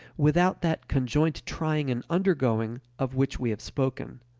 without that conjoint trying and undergoing of which we have spoken.